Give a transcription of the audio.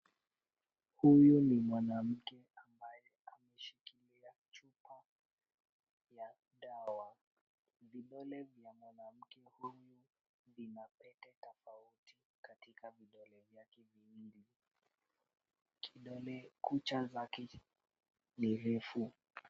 Huyu ni mwanamke ambaye ameshikilia chupa ya dawa. Vidole vya mwanamke huyu vina pete tofauti katika vidole vyake viwili. Kucha zake ni ndefu.